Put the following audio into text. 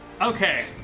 Okay